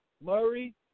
Murray